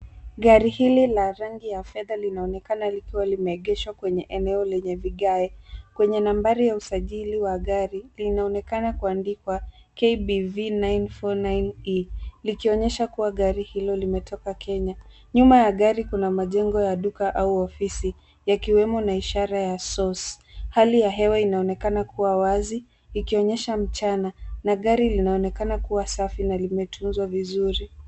Gari hili la rangi ya fedha linaonekana likiwa limeegeshwa kwenye eneo lenye vigae. Kwenye nambari ya usajili wa gari, linaonekana kuandikwa KBV 949E , likionyesha kuwa gari hilo limetoka Kenya. Nyuma ya gari kuna majengo ya duka au ofisi yakiwemo na ishara ya Sos . Hali ya hewa inaonekana kuwa wazi ikionyesha mchana na gari linaonekana kuwa safi na limetunzwa vizuri.